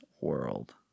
world